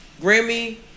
Grammy